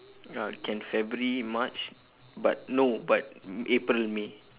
uh can february march but no but april may